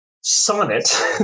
sonnet